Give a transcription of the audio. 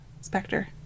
Spectre